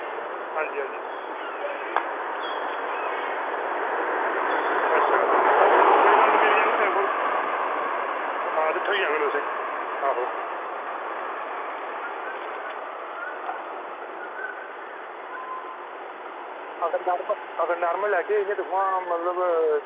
आं जी आं जी अच्छा कोई गल्ल निं मिली जाह्ङन मेरे कोल आं ते थ्होई जाह्ङन तुसेंगी आहो नॉर्मल अगर नॉर्मल लैगे दिक्खो आं इंया नॉर्मल